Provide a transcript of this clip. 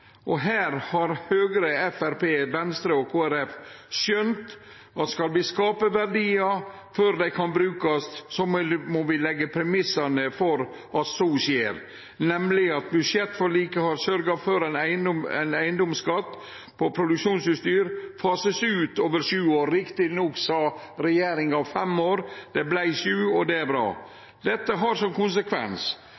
land. Her har Høgre, Framstegspartiet, Venstre og Kristeleg Folkeparti skjønt at skal vi skape verdiar før dei kan brukast, må vi leggje premissa for at det skjer, nemleg ved at budsjettforliket har sørgt for at eigedomsskatt på produksjonsutstyr vert fasa ut over sju år – rett nok sa regjeringa fem år, men det vart sju år, og det er bra.